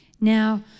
Now